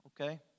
Okay